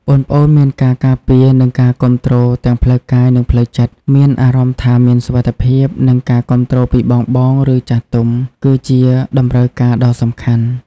ប្អូនៗមានការការពារ និងការគាំទ្រទាំងផ្លូវកាយ និងផ្លូវចិត្ត មានអារម្មណ៍ថាមានសុវត្ថិភាព និងការគាំទ្រពីបងៗ ឬចាស់ទុំ គឺជា តម្រូវការដ៏សំខាន់។